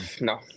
no